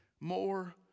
more